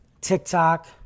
TikTok